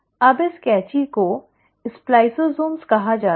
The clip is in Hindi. अब इस कैंची को स्प्लिसोसम"spliceosomes" कहा जाता है